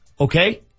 Okay